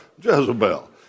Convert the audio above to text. Jezebel